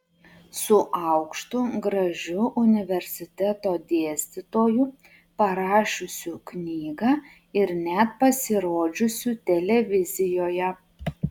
su aukštu gražiu universiteto dėstytoju parašiusiu knygą ir net pasirodžiusiu televizijoje